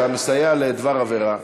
אתה מסייע לדבר עבירה.